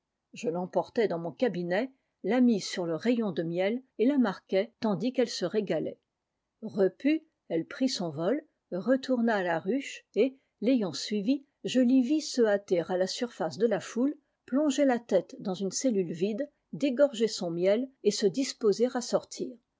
je l'emportai dans mon cabinet la mis sur le rayon de miel et la marquai tandis qu'elle se régalait repue elle prit son vol retourna h la ruche et l'ayant suivie je l'y vis se hâter à la surlace de la foule plonger la tête dans une cellule vide dégorger son miel et se disposer